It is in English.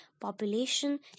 population